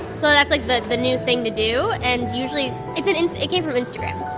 so that's like the the new thing to do, and usually it's an it came from instagram.